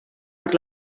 per